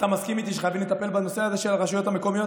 אתה מסכים איתי שחייבים לטפל בנושא הזה של הרשויות המקומיות?